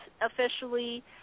officially